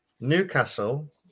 Newcastle –